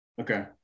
okay